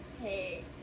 hey